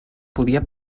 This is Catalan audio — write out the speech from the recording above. podia